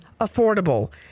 affordable